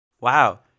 Wow